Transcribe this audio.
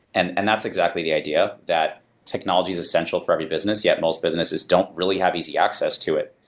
and and that's exactly the idea that technology is essential for every business, yet most businesses don't really have easy access to it.